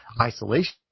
isolation